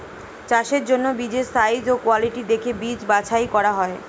চাষের জন্য বীজের সাইজ ও কোয়ালিটি দেখে বীজ বাছাই করা হয়